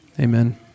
amen